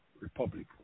republic